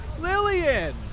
lillian